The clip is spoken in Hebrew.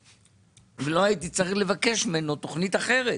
ולא הייתי צריך לבקש ממנו תוכנית אחרת.